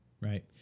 Right